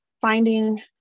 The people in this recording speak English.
finding